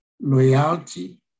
loyalty